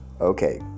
Okay